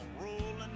rolling